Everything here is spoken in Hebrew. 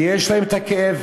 כי יש להם את הכאב,